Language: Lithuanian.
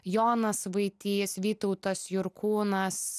jonas vaitys vytautas jurkūnas